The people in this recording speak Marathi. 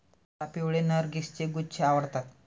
मला पिवळे नर्गिसचे गुच्छे आवडतात